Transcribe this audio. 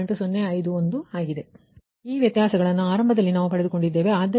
ಈ ವ್ಯತ್ಯಾಸಗಳನ್ನು ಆರಂಭದಲ್ಲಿ ನಾವು ಪಡೆದುಕೊಂಡಿದ್ದೇವೆ